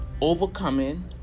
overcoming